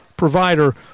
provider